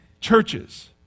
Churches